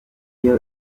niyo